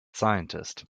scientist